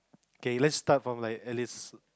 K lets start from like Alice